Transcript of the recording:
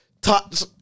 touch